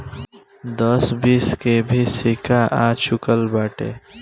दस बीस के भी सिक्का आ चूकल बाटे